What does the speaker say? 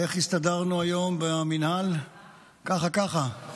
איך הסתדרנו היום במינהל, ככה-ככה?